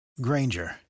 Granger